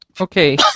Okay